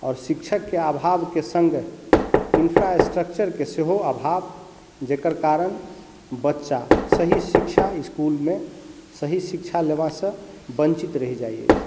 आओर शिक्षक के अभाव के संगे इन्फ्रास्ट्रक्चरके सेहो अभाव जेकर कारण बच्चा सही शिक्षा इसकुल मे सही शिक्षा लेबा सॅं वंचित रहि जाइ छथि